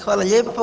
Hvala lijepo.